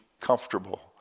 comfortable